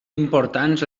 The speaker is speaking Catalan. importants